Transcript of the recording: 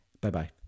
Bye-bye